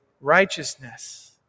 righteousness